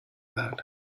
that